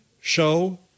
show